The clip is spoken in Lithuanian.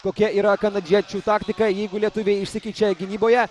kokia yra kanadiečių taktika jeigu lietuviai išsikeičia gynyboje